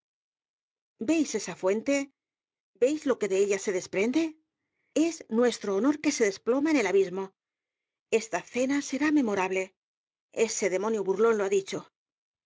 veis esa fuente veis lo que de ella se desprende es nuestro honor que se desploma en el abismo esta cena será memorable ese demonio burlón lo ha dicho al